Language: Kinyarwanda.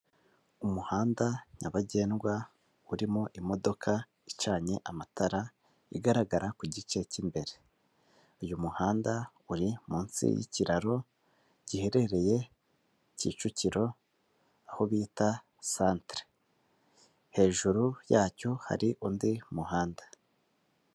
Umuhanda nyabagendwa urimo imodoka icanye amatara igaragara ku gice cy'imbere, uyu muhanda uri munsi y'ikiraro giherereye Kicukiro aho bita Santire, hejuru yacyo hari undi muhanda.